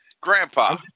Grandpa